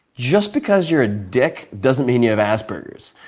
just because you're a dick doesn't mean you have asperger's.